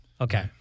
Okay